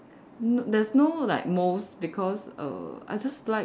n~ there's no like most because err I just like